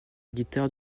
guitare